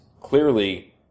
clearly